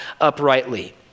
uprightly